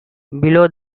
below